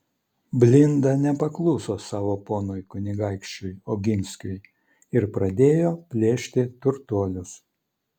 blinda nepakluso savo ponui kunigaikščiui oginskiui ir pradėjo plėšti turtuolius